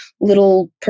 little